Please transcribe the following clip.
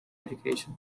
education